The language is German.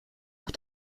auch